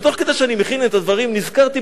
ותוך כדי שאני מכין את הדברים נזכרתי